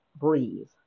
breathe